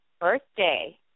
birthday